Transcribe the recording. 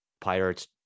pirates